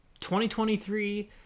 2023